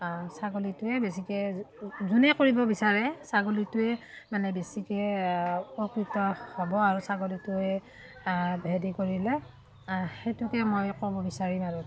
ছাগলীটোৱে বেছিকৈ যোনে কৰিব বিচাৰে ছাগলীটোৱে মানে বেছিকৈ উপকৃত হ'ব আৰু ছাগলীটোৱে হেৰি কৰিলে সেইটোকে মই ক'ব বিচাৰিম আৰু